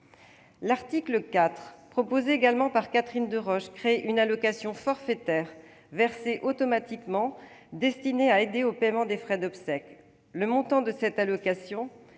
L'article 4, proposé également par Catherine Deroche, crée une allocation forfaitaire versée automatiquement et destinée à aider au paiement des frais d'obsèques. Le montant de cette allocation,